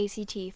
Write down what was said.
ACT